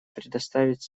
предоставить